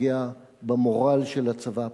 פוגע במורל של הצבא,